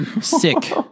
sick